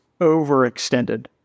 overextended